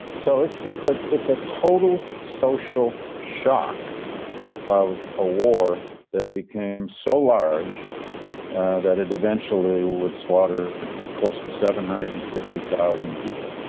so it's it's a it's a total social shock of a war that became so large that it eventually would slaughter close to seven hundred and fifty thousand people